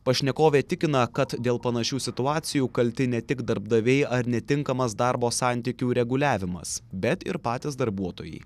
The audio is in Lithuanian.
pašnekovė tikina kad dėl panašių situacijų kalti ne tik darbdaviai ar netinkamas darbo santykių reguliavimas bet ir patys darbuotojai